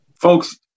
Folks